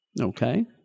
Okay